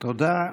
תודה.